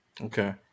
Okay